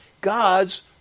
God's